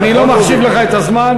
אני לא מחשיב לך את הזמן.